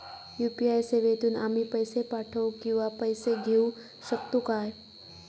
UPI सेवेतून आम्ही पैसे पाठव किंवा पैसे घेऊ शकतू काय?